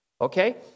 okay